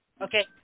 Okay